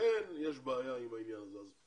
ולכן יש בעיה עם העניין הזה.